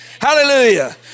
Hallelujah